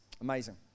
Amazing